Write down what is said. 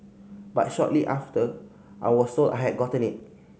but shortly after I was sold I had gotten it